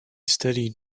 steady